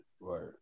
Right